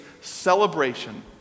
celebration